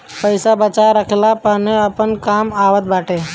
पईसा बचा के रखला पअ अपने ही काम आवत बाटे